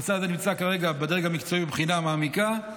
הנושא הזה נמצא כרגע בדרג המקצועי בבחינה מעמיקה.